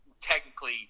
technically